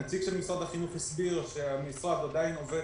הנציג של משרד החינוך הסביר שהמשרד עדיין עובד